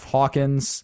Hawkins